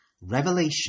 Revelation